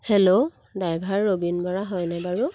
hello driver Robin Bora হয়নে বাৰু